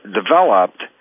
developed